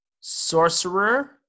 Sorcerer